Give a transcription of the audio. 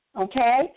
okay